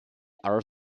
are